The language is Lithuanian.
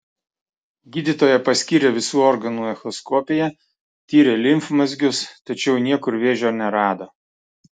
gydytoja paskyrė visų organų echoskopiją tyrė limfmazgius tačiau niekur vėžio nerado